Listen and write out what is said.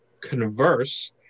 converse